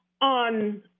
on